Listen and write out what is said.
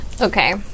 okay